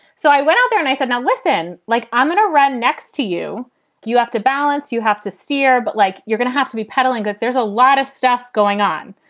so i went out there and i said, now listen, like, i'm going to run next to you you have to balance, you have to steer. but like, you're going to have to be pedaling. good. there's a lot of stuff going on.